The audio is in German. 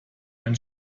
ein